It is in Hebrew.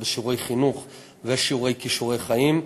בשיעורי חינוך ובשיעורי כישורי חיים.